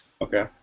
Okay